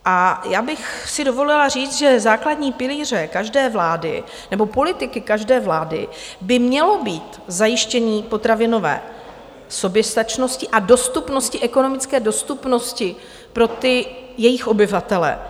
A já bych si dovolila říct, že základní pilířem každé vlády, nebo politiky každé vlády, by mělo být zajištění potravinové soběstačnosti a dostupnosti, ekonomické dostupnosti pro jejich obyvatele.